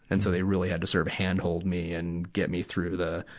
and so, they really had to sort of hand-hold me and get me through the,